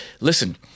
listen